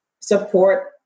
support